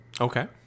Okay